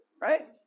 right